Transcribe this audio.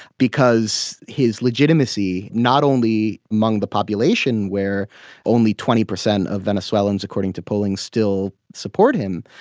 because his legitimacy not only among the population where only twenty percent of venezuelans according to pollings still support him,